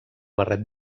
barret